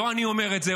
לא אני אומר את זה,